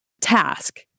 task